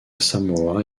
samoa